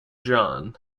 john